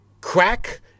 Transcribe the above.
crack